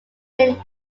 million